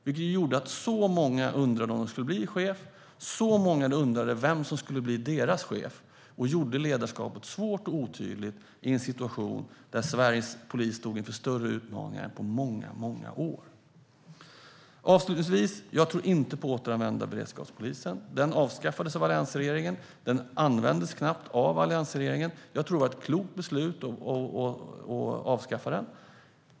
Det gjorde att så många undrade om de skulle bli chef och så många undrade vem som skulle bli deras chef. Det gjorde ledarskapet svårt och otydligt i en situation där Sveriges polis stod inför större utmaningar än på många år. Jag tror inte på att återinrätta beredskapspolisen. Den avskaffades av alliansregeringen, och den användes knappt av alliansregeringen. Det var ett klokt beslut att avskaffa beredskapspolisen.